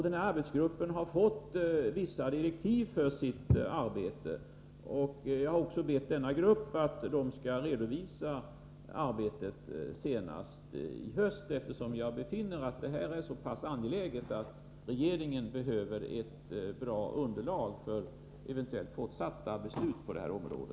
Denna arbetsgrupp har fått vissa direktiv för sitt arbete, och jag har också bett gruppen att redovisa arbetet senast i höst, eftersom jag finner att detta är så pass angeläget att regeringen behöver ett bra underlag för eventuellt fortsatta beslut på detta område.